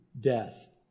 death